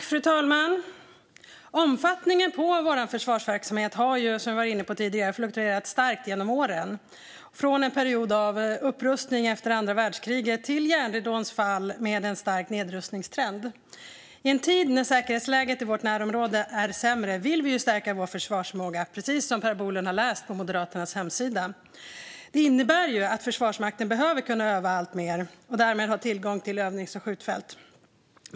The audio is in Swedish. Fru talman! Omfattningen av vår försvarsverksamhet har, som vi har varit inne på tidigare, fluktuerat starkt genom åren från en period av upprustning efter andra världskriget till järnridåns fall med en stark nedrustningstrend. I en tid när säkerhetsläget i vårt närområde är sämre vill vi stärka vår försvarsförmåga, precis som Per Bolund har läst på Moderaternas hemsida. Det innebär att Försvarsmakten behöver kunna öva alltmer och därmed ha tillgång till övnings och skjutfält.